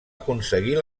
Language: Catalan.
aconseguir